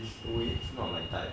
it's always not my type